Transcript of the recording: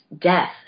death